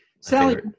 Sally